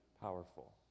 powerful